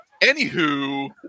Anywho